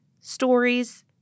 stories